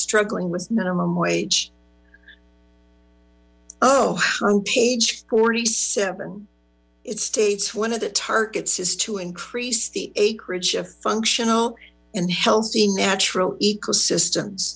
struggling with minimum wage oh on page forty seven it states one of the targets is to increase the acreage functional and healthy natural ecosystems